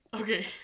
Okay